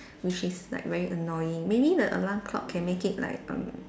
which is like very annoying maybe the alarm clock can make it like um